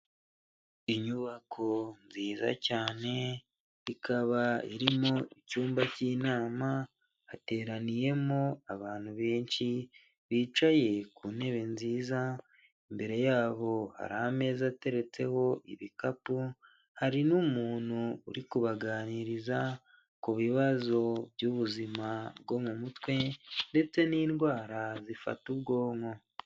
Inyubako nziza cyane ikaba irimo icyumba cy'inama hateraniyemo abantu benshi bicaye ku ntebe nziza, imbere yabo hari ameza ateretseho ibikapu hari n'umuntu uri kubaganiriza ku bibazo by'ubuzima bwo mu mutwe ndetse n'indwara zifata ubwonko.